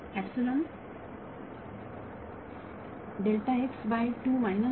विद्यार्थी epsilon Refer Time 1325 delta x by 2 minus